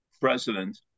president